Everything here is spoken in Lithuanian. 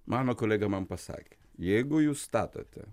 mano kolega man pasakė jeigu jūs statote